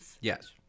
yes